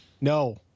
No